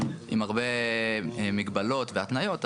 עם הרבה מגבלות והתניות,